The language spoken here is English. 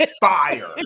fire